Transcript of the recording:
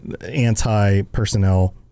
anti-personnel